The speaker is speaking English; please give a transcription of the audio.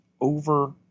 over